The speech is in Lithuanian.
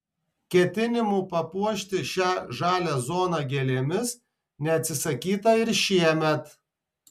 ketinimų papuošti šią žalią zoną gėlėmis neatsisakyta ir šiemet